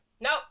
Nope